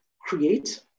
create